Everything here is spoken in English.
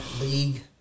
league